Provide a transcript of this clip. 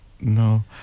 No